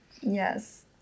yes